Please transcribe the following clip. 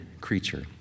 creature